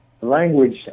language